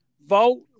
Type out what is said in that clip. Vote